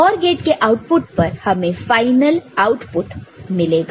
OR gate के output पर हमें फाइनल आउटपुट मिलेगा